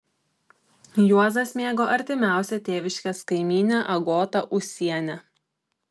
juozas mėgo artimiausią tėviškės kaimynę agotą ūsienę